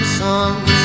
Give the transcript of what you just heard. songs